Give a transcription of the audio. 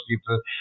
people